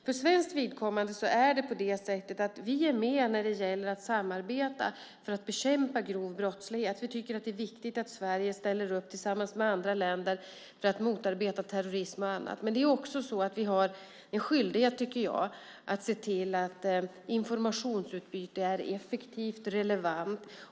För svenskt vidkommande är vi med när det gäller att samarbeta för att bekämpa grov brottslighet. Vi tycker att det är viktigt att Sverige ställer upp tillsammans med andra länder för att motarbeta terrorism och annat. Men jag tycker också att vi har en skyldighet att se till att informationsutbytet är effektivt och relevant.